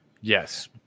Yes